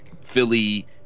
Philly